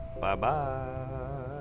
Bye-bye